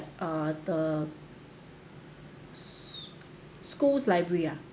uh the s~ school's library ah